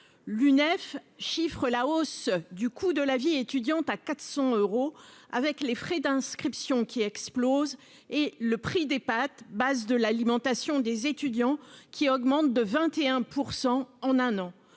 l'UNEF chiffre la hausse du coût de la vie étudiante à 400 euros avec les frais d'inscription qui explosent et le prix des pâtes, base de l'alimentation des étudiants qui augmente de 21 % en un an,